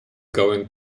going